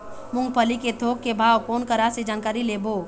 मूंगफली के थोक के भाव कोन करा से जानकारी लेबो?